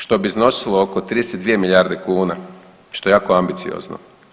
Što bi iznosilo oko 32 milijarde kuna, što je jako ambiciozno.